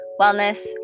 wellness